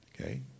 okay